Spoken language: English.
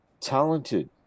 talented